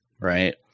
right